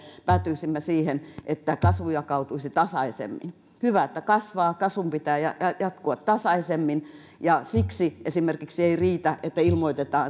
päätyisimme siihen että kasvu jakautuisi tasaisemmin hyvä että kasvaa kasvun pitää jatkua tasaisemmin ja siksi ei riitä esimerkiksi että ilmoitetaan